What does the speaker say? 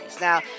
Now